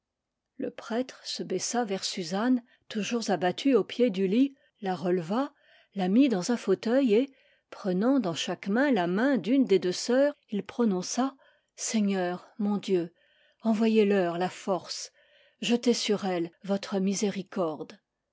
le prêtre se baissa vers suzanne toujours abattue au pied du lit la releva la mit dans un fauteuil et prenant dans chaque main la main d'une des deux sœurs il prononça seigneur mon dieu envoyez leur la force jetez sur elles votre miséricorde